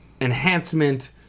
enhancement